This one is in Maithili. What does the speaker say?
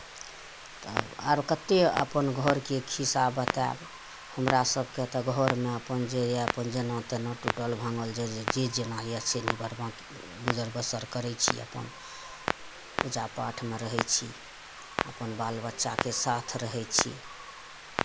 तब आर कतेक अपन घरके खिस्सा बतायब हमरा सभके तऽ घरमे अपन जे यए अपन जेना तेना टूटल भाङ्गल जे जेना होइए से नहि बात बाँकी गुजर बसर करै छी अपन पूजा पाठमे रहै छी अपन बाल बच्चाके साथ रहै छी